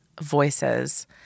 voices